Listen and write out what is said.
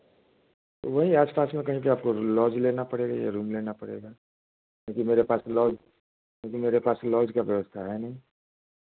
वही आस पास में कहीं के आपको लॉज लेना पड़ेगा या रूम लेना पड़ेगा क्योंकि मेरे पास लॉज क्योंकि मेरे पास लॉज का व्यवस्था है नहीं